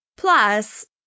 Plus